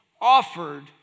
offered